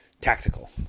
tactical